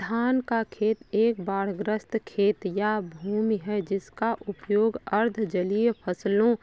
धान का खेत एक बाढ़ग्रस्त खेत या भूमि है जिसका उपयोग अर्ध जलीय फसलों